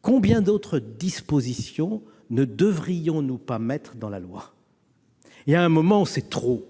combien d'autres dispositions ne devrions-nous pas aussi introduire dans la loi ? Il y a un moment où c'est trop ...